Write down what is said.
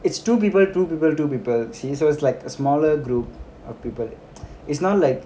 it's two people two people two people see so it's like a smaller group of people is not like